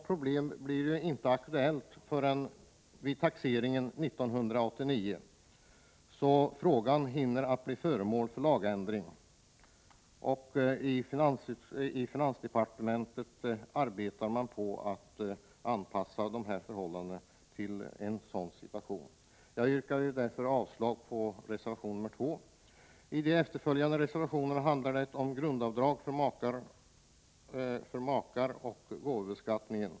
Problemet blir inte aktuellt förrän vid 1989 års taxering. En lagändring i frågan hinner därför göras. I finansdepartementet arbetar man på att anpassa reglerna till den situation som uppkommer. Jag yrkar därför avslag på reservation nr 2. I de efterföljande reservationerna handlar det om grundavdrag för makar och om gåvobeskattning.